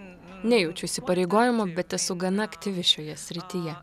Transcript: nejaučiu įsipareigojimų bet esu gana aktyvi šioje srityje